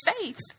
faith